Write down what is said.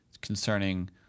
concerning